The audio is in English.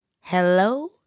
Hello